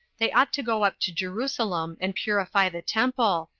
they ought to go up to jerusalem, and purify the temple,